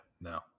no